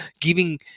giving